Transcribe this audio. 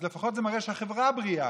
אז לפחות זה מראה שהחברה בריאה,